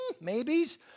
maybes